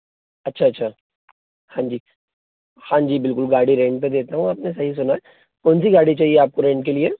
अच्छा अच्छा हाँ जी हाँ जी बिल्कुल गाड़ी रेंट पे देता हूँ आपने सही सुना है कौन सी गाड़ी चाहिए आपको रेंट के लिए